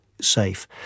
safe